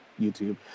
YouTube